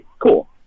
cool